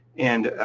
and